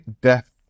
death